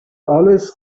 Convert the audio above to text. always